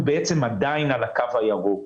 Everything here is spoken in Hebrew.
אנחנו עדיין על הקו הירוק.